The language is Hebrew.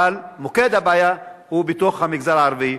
אבל מוקד הבעיה הוא במגזר הערבי.